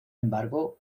embargo